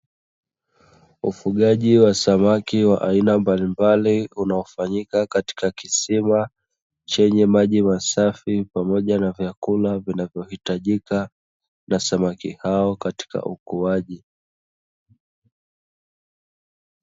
Ufugaji wa samaki wa aina mbalimbali unaofanyika kwenye kisima chenye maji masafi pamoja na vyakula vinavyohitajika na samaki hao katika ukuaji.